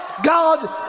God